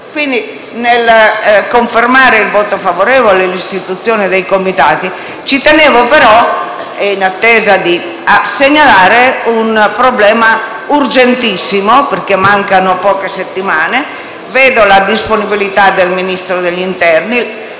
nel confermare il voto favorevole all'istituzione del Comitato, ci terrei a segnalare un problema urgentissimo, perché mancano poche settimane. Vedo la disponibilità del Ministro dell'interno;